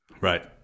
Right